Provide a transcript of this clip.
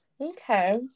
Okay